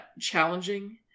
challenging